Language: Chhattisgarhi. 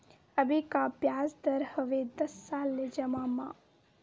अभी का ब्याज दर हवे दस साल ले जमा मा?